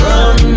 Run